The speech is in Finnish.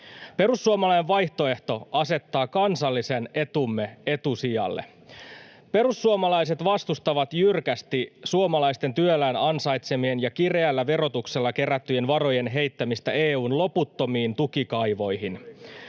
Perussuomalainen vaihtoehto asettaa kansallisen etumme etusijalle. Perussuomalaiset vastustavat jyrkästi suomalaisten työllään ansaitsemien ja kireällä verotuksella kerättyjen varojen heittämistä EU:n loputtomiin tukikaivoihin.